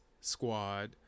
squad